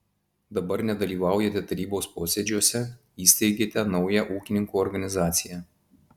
dabar nedalyvaujate tarybos posėdžiuose įsteigėte naują ūkininkų organizaciją